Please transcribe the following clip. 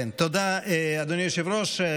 תודה, אדוני היושב-ראש.